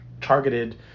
targeted